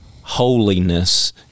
holiness